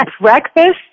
breakfast